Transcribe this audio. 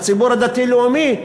הציבור הדתי-לאומי.